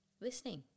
Listening